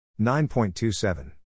9.27